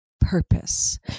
purpose